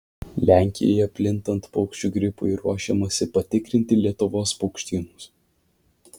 lenkijoje plintant paukščių gripui ruošiamasi patikrinti lietuvos paukštynus